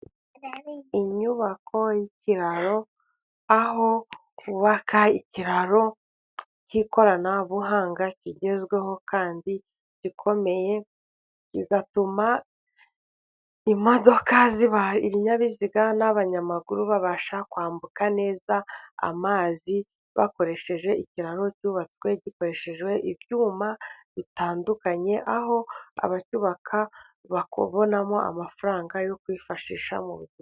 Inyubako y'ikiraro， aho bubaka ikiraro k’ikoranabuhanga kigezweho， kandi gikomeye， kigatuma ibinyabiziga n'abanyamaguru babasha kwambuka neza， amazi bakoresheje ikiraro cyubatswe gikoreshejwe ibyuma bitandukanye， aho abacyubaka bakibonamo， amafaranga yo kwifashisha mu...